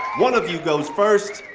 one of you goes first,